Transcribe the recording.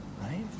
right